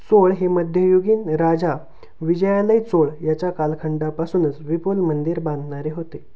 चोळ हे मध्ययुगीन राजा विजयालय चोळ याच्या कालखंडापासूनच विपुल मंदिर बांधणारे होते